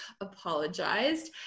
apologized